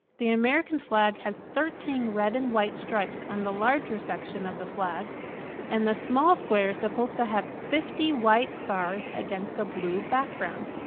the american flag has thirteen red and white stripes on the larger section of the flag and the small square is supposed to have fifty white stars against a blue background.